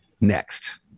next